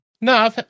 No